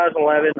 2011